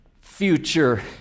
future